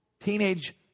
teenage